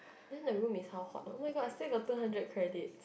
then the room is how hot oh-my-god I still got two hundred credits